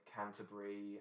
Canterbury